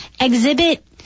exhibit